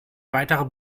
weiterer